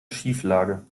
schieflage